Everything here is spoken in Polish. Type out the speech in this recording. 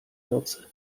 nocy